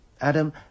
Adam